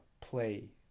play